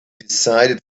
decided